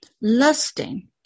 lusting